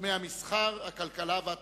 בתחומי המסחר, הכלכלה והתרבות.